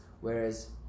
Whereas